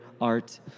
art